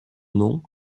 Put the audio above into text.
nom